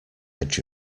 edge